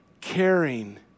caring